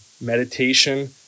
meditation